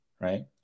right